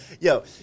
Yo